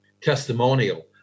testimonial